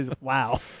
wow